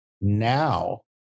now